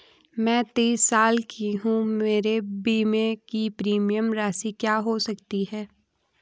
मैं तीस साल की हूँ मेरे बीमे की प्रीमियम राशि क्या हो सकती है?